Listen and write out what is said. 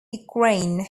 ukraine